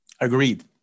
Agreed